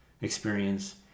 experience